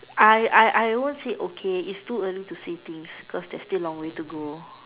I I I won't say okay it's too early to say things because there's still long way to go